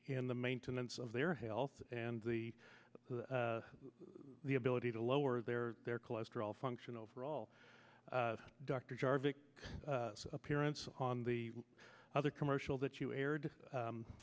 in the maintenance of their health and the the ability to lower their their cholesterol function overall dr jarvik appearance on the other commercial that you